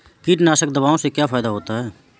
कीटनाशक दवाओं से क्या फायदा होता है?